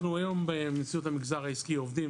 אנחנו היום בנשיאות המגזר העסקי עובדים,